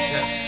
Yes